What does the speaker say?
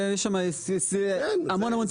יש שם המון המון תיקונים ביחד.